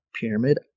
pyramid